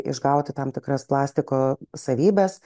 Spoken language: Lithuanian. išgauti tam tikras plastiko savybes